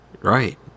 Right